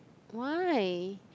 why